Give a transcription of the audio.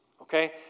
okay